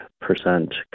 percent